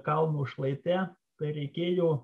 kalno šlaite tai reikėjo